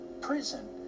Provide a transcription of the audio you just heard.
prison